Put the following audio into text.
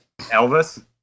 Elvis